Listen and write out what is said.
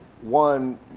one